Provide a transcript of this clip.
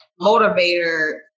motivator